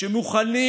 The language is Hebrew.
שמוכנים,